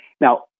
Now